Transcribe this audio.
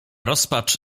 rozpacz